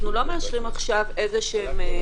אנחנו לא מאשרים עכשיו החמרות,